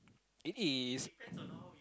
it is